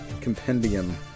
compendium